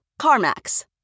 CarMax